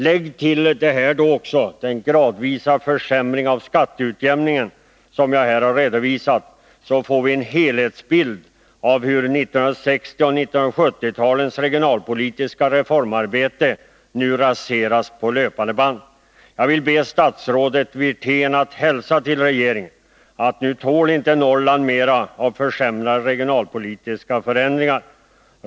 Lägger vi till detta också den gradvisa försämring av skatteutjämningen som jag här redovisat, så får vi en helhetsbild av hur 1960 och 1970-talens regionalpolitiska reformarbete nu raseras på löpande band. Jag vill be statsrådet Wirtén hälsa till regeringen att nu tål inte Norrland mer av försämrande regionalpolitiska förändringar.